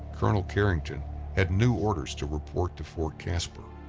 colonel carrington had new orders to report to fort caspar.